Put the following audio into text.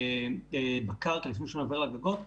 אבל לפני שאני עובר לגגות,